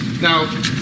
Now